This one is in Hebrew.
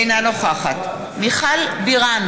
אינה נוכחת מיכל בירן,